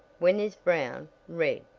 when is brown red?